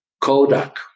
Kodak